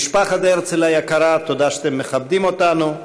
משפחת הרצל היקרה תודה שאתם מכבדים אותנו,